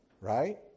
Right